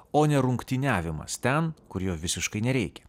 o ne rungtyniavimas ten kur jo visiškai nereikia